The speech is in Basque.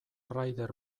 raider